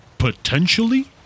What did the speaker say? Potentially